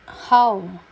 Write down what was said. how